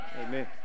Amen